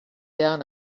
down